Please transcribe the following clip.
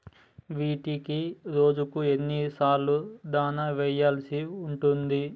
వీటికి రోజుకు ఎన్ని సార్లు దాణా వెయ్యాల్సి ఉంటది?